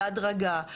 בהדרגה,